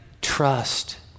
trust